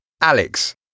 Alex